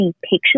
pictures